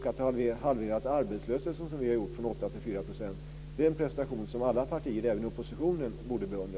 Att ha halverat arbetslösheten som vi har gjort, från 8 % till 4 %, är en prestation som alla partier även i oppositionen borde beundra.